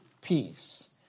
peace